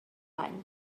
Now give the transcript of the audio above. any